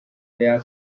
their